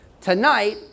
Tonight